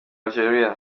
algeria